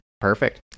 Perfect